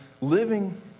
living